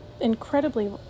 incredibly